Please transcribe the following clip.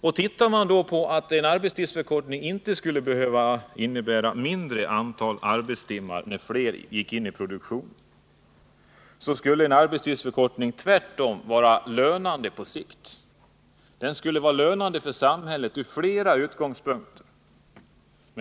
Om man beaktar att en arbetstidsförkortning inte skulle behöva innebära ett ökat antal arbetstimmar i och med att det blir flera som går in i produktionen, så kan man konstatera att en arbetstidsförkortning på längre sikt skulle vara lönande för samhället från flera synpunkter.